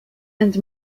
and